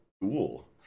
cool